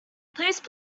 please